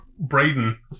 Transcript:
Braden